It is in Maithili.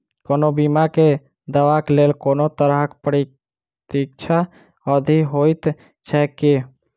कोनो बीमा केँ दावाक लेल कोनों तरहक प्रतीक्षा अवधि होइत छैक की?